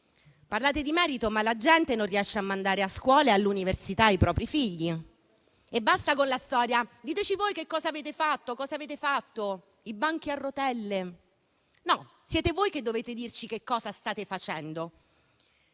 parlate di merito, ma la gente non riesce a mandare a scuola e all'università i propri figli. Basta con la storia "diteci voi che cosa avete fatto: i banchi a rotelle?". Siete voi invece che dovete dirci che cosa state facendo,